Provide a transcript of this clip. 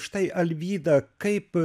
štai alvyda kaip